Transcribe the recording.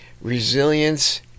resilience